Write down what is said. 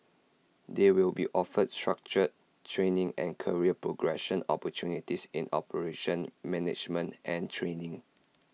they will be offered structured training and career progression opportunities in operations management and training